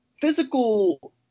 physical